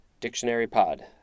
dictionarypod